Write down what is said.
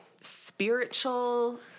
spiritual